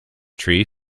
tree